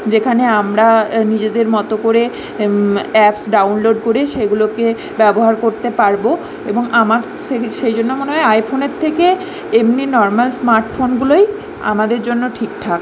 যেখানে আমরা নিজেদের মতো করে অ্যাপস ডাউনলোড করে সেগুলোকে ব্যবহার করতে পারবো এবং আমার সেই সেই জন্য মনে হয় আইফোনের থেকে এমনি নর্মাল স্মার্টফোনগুলোই আমাদের জন্য ঠিকঠাক